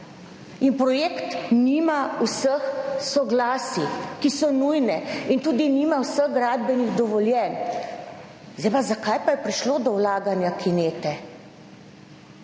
in projekt nima vseh soglasij, ki so nujne in tudi nima vseh gradbenih dovoljenj. Zdaj pa, zakaj pa je prišlo do vlaganja kinete.